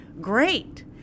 great